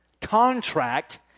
contract